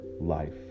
life